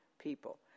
People